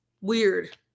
weird